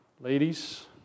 Ladies